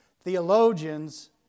theologians